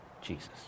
Jesus